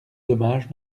dommage